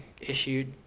issued